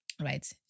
right